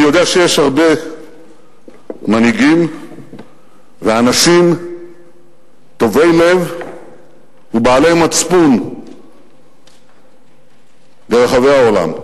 אני יודע שיש הרבה מנהיגים ואנשים טובי לב ורחבי מצפון ברחבי העולם.